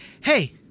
hey